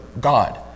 God